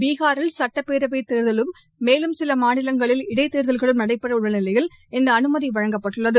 பீஹாரில் சட்டப்பேரவை தேர்தலும் மேலும் சில மாநிலங்களில் இடைத் தேர்தல்களும் நடைபெறவுள்ள நிலையில் இந்த அனுமதி வழங்கப்பட்டுள்ளது